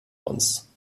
uns